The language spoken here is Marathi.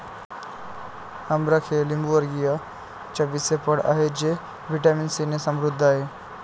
अमरख हे लिंबूवर्गीय चवीचे फळ आहे जे व्हिटॅमिन सीने समृद्ध आहे